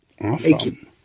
Awesome